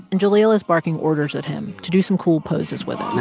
and jahlil is barking orders at him to do some cool poses with